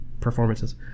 performances